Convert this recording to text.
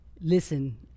Listen